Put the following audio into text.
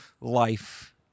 life